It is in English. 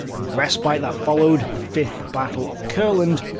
in the respite that followed the fifth battle of courland,